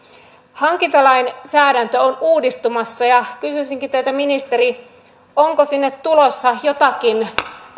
hankintalainsäädäntö on uudistumassa ja kysyisinkin teiltä ministeri onko sinne tulossa jotakin